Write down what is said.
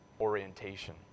orientation